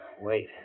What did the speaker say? Wait